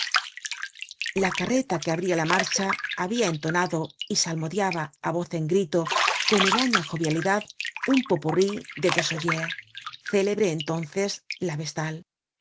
la carreta que abria la marcha habia entonado y salmodiaba á voz en grito con huraña jovialidad un pot purrí de desaugiers célebre entonces la vestal